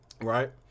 right